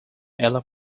ela